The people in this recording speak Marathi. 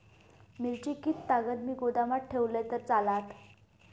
मिरची कीततागत मी गोदामात ठेवलंय तर चालात?